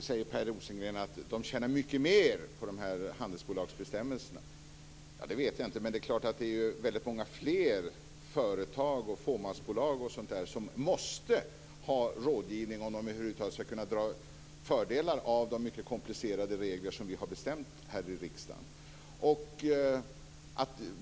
säger Per Rosengren att de tjänar mycket mer på de här handelsbolagsbestämmelserna. Ja, det vet jag inte men det är klart att det är väldigt många fler företag, fåmansbolag etc., som måste ha rådgivning för att över huvud taget kunna dra fördel av de mycket komplicerade regler som vi har bestämt här i riksdagen.